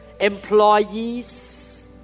employees